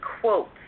quotes